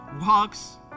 walks